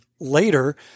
later